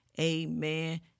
amen